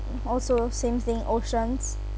also same thing oceans